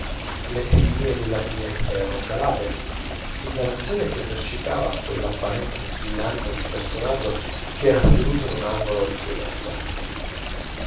le tendine della finestra erano calate e dell'azione che esercitava quella apparenza sull'animo d'un personaggio ch'era seduto in un angolo di quella stanza